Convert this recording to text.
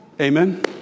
Amen